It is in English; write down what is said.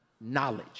knowledge